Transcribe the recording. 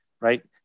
right